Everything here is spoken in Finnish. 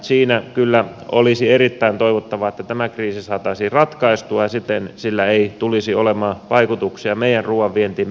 siinä kyllä olisi erittäin toivottavaa että tämä kriisi saataisiin ratkaistua siten että sillä ei tulisi olemaan vaikutuksia meidän ruuan vientiimme